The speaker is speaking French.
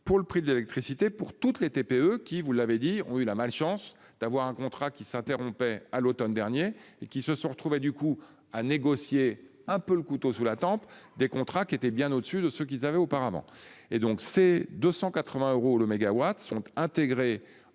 Pour le prix de l'électricité pour toutes les TPE qui, vous l'avez dit, ont eu la malchance d'avoir un contrat qui s'interrompaient à l'Automne dernier et qui se sont retrouvés du coup à négocier un peu le couteau sous la tente, des contrats qui était bien au-dessus de ce qu'ils avaient auparavant et donc c'est 280 euros le mégawatt sont intégrés